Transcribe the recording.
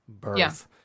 birth